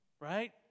Right